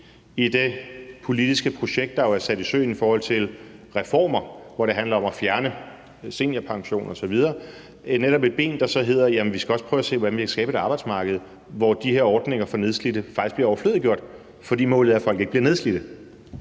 i det politiske projekt, der jo er sat i søen i forhold til reformer, hvor det handler om at fjerne seniorpension osv. Det kan netop være et ben, i forhold til at vi også skal prøve at se, hvordan vi kan skabe et arbejdsmarked, hvor de her ordninger faktisk bliver overflødiggjort, fordi målet er, at folk ikke bliver nedslidte.